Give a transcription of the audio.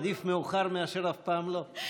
עדיף מאוחר מאשר אף פעם לא.